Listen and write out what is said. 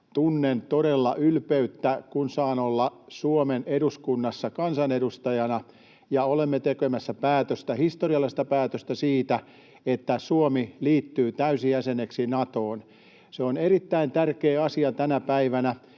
tunnen todella ylpeyttä, kun saan olla Suomen eduskunnassa kansanedustajana ja olemme tekemässä historiallista päätöstä siitä, että Suomi liittyy täysjäseneksi Natoon. Se on erittäin tärkeä asia tänä päivänä.